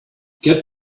get